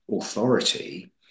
authority